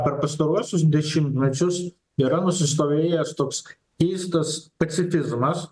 per pastaruosius dešimtmečius yra nusistovėjęs toks keistas pacifizmas